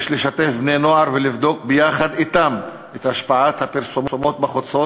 יש לשתף בני-נוער ולבדוק ביחד אתם את השפעת הפרסומות בחוצות